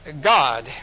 God